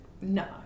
no